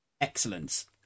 excellence